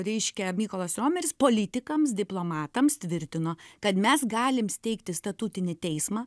reiškia mykolas romeris politikams diplomatams tvirtino kad mes galim steigti statutinį teismą